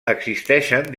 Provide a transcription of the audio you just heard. existeixen